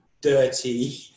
dirty